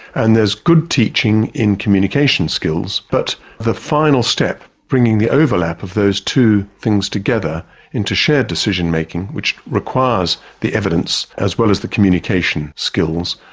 and there's good teaching in communication skills, but the final step, bringing the overlap of those two things together into shared decision making, which requires the evidence as well as the communication skills,